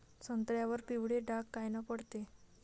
संत्र्यावर पिवळे डाग कायनं पडते?